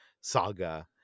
saga